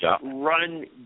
run